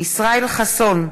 ישראל חסון,